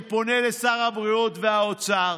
אני פונה לשר הבריאות ושר האוצר: